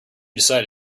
decided